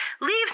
leaves